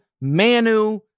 Manu